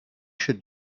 should